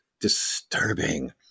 disturbing